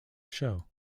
show